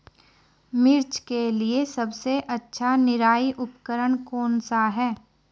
मिर्च के लिए सबसे अच्छा निराई उपकरण कौनसा है?